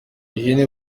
ihene